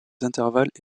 intervalles